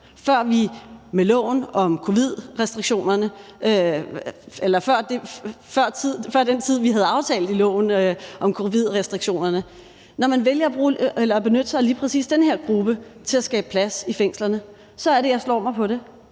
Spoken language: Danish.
er, at man vælger at slippe fri før tid, altså før den tid, vi havde aftalt i loven om covid-restriktionerne, og når man vælger at benytte sig af lige præcis den her gruppe til at skabe plads i fængslerne, så er det, jeg slår mig på det.